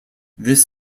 this